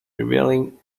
revealing